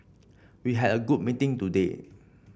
we had a good meeting today